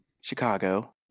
Chicago